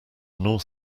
nor